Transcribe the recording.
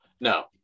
No